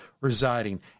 residing